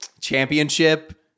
championship